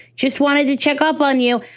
just wanted to check up on you.